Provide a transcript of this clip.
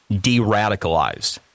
de-radicalized